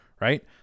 Right